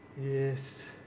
Yes